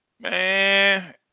man